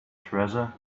treasure